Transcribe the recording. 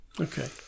Okay